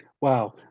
Wow